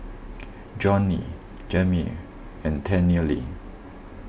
Johney Jameel and Tennille